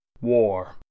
War